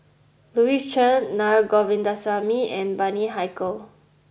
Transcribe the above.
Louis Chen Na Govindasamy and Bani Haykal